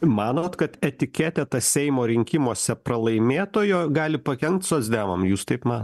manot kad etiketė ta seimo rinkimuose pralaimėtojo gali pakenkt socdemam jūs taip ma